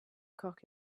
cock